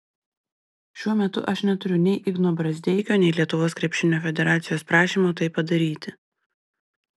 šiuo metu aš neturiu nei igno brazdeikio nei lietuvos krepšinio federacijos prašymo tai padaryti